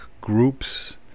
groups